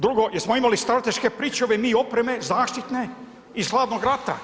Drugo, jesmo imali strateške pričuve mi opreme zaštitne iz Hladnog rata?